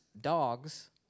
dogs